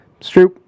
Stroop